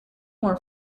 more